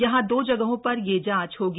यहां दो जगहों पर यह जांच होगी